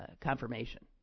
confirmation